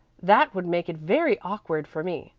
that would make it very awkward for me,